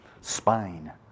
spine